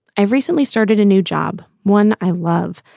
i've recently started a new job, one i love,